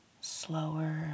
slower